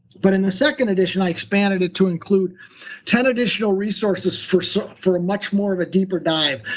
but in the second edition, i expanded it to include ten additional resources for so for much more of a deeper dive.